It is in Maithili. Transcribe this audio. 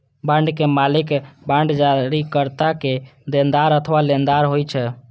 बांडक मालिक बांड जारीकर्ता के देनदार अथवा लेनदार होइ छै